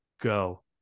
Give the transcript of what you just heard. go